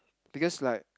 because like